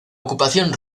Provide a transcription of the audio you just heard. ocupación